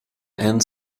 and